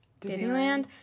Disneyland